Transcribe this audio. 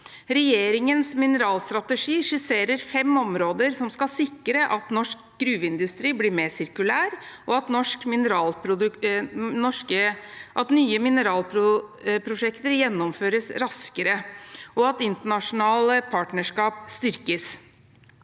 Regjeringens mineralstrategi skisserer fem områder som skal sikre at norsk gruveindustri blir mer sirkulær, at nye mineralprosjekter gjennomføres raskere, og at internasjonale partnerskap styrkes.